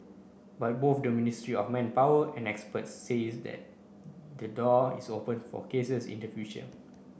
but both the Ministry of Manpower and experts says that the door is open for cases in the future